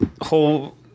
whole